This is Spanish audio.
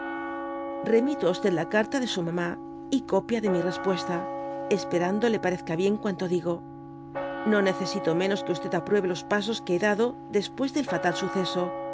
remito á la carta de su mamá y copia de mi respuesta esperando le parecerá bien cuanto digo ño necesito menos que apruebe los pasos que hé dado después del fatal suceso